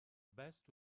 best